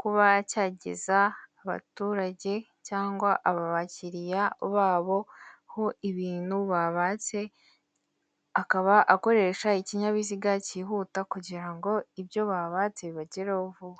kuba cyageza abaturage cyangwa abakiriya babo ho ibintu babatse, akaba akoresha ikinyabiziga cyihuta kugira ngo ibyo babatse bibagereho vuba.